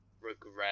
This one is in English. regret